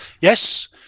yes